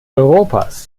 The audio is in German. europas